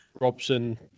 Robson